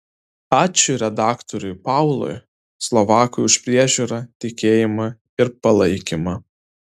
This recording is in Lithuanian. ačiū redaktoriui paului slovakui už priežiūrą tikėjimą ir palaikymą